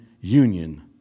union